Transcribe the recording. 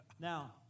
Now